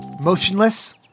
Motionless